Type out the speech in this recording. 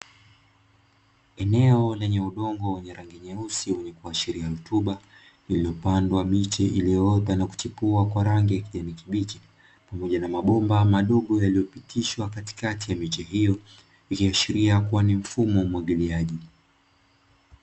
Eneo lenye udongo wa rangi nyeusi lenye kuashiria rutuba, lililoota miche iloyochepua kwa rangi ya kijani kibichi pamoja na mabomba madogo yaliyopotishwa katikati ya miche hiyo, ikiashiria kuwa ni mfumo wa umwagiliaji.